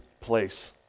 place